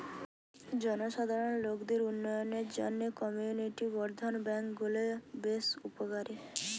জনসাধারণ লোকদের উন্নয়নের জন্যে কমিউনিটি বর্ধন ব্যাংক গুলো বেশ উপকারী